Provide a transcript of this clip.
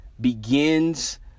begins